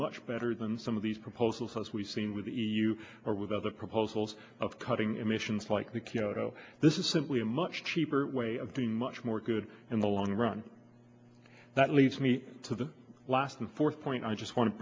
much better than some of these proposals as we've seen with the e u or with other proposals of cutting emissions like the kyoto this is simply a much cheaper way of doing much more good in the long run that leads me to the last and fourth point i just want